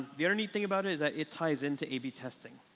the other neat thing about it is that it ties into a b testing.